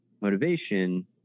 motivation